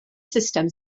sustem